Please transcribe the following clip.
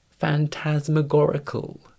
phantasmagorical